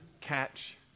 catch